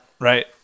Right